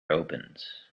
opens